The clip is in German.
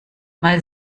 mal